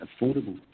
Affordable